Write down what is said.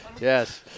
Yes